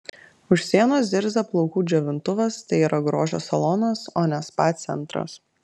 už sienos zirzia plaukų džiovintuvas tai yra grožio salonas o ne spa centras